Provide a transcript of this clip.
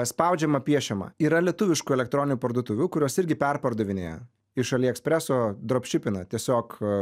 spaudžiama piešiama yra lietuviškų elektroninių parduotuvių kurios irgi perpardavinėja iš aliekspreso dropšipina tiesiog